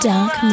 Dark